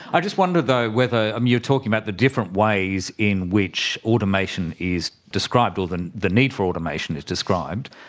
i just wonder though whether, um you're talking about the different ways in which automation is described or the the need for automation is described.